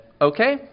okay